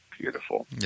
beautiful